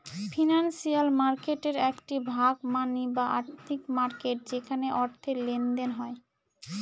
financial মার্কেটের একটি ভাগ মানি বা আর্থিক মার্কেট যেখানে অর্থের লেনদেন হয়